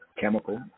chemical